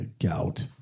Gout